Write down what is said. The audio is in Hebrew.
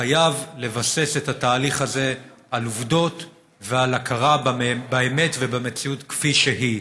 חייב לבסס את התהליך הזה על עובדות ועל הכרה באמת ובמציאות כפי שהיא.